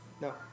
No